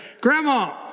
Grandma